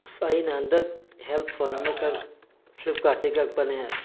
ꯑꯩꯅ ꯍꯟꯗꯛ headphone ꯑꯃꯈꯛ ꯐ꯭ꯂꯤꯞ ꯀꯥꯔꯠꯇꯩ ꯀꯛꯄꯅꯦ